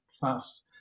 fast